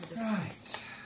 Right